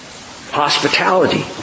Hospitality